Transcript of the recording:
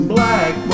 Black